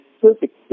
perfect